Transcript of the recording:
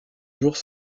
jours